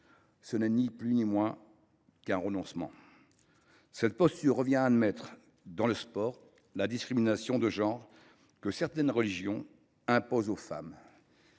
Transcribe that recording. Ce n’est ni plus ni moins qu’un renoncement. Cette posture revient à admettre dans le sport la discrimination de genre que certaines religions imposent aux femmes